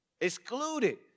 excluded